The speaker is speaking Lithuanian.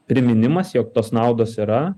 priminimas jog tos naudos yra